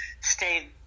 stayed